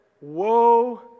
woe